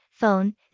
Phone